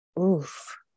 Oof